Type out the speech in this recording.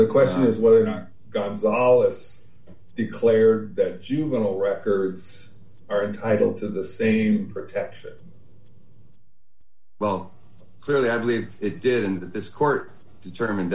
the question is whether or not gonzales declare that juvenile records are entitled to the same protection well clearly i believe it did and that this court determined